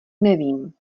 nevím